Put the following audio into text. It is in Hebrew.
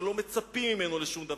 שלא מצפים ממנו לשום דבר,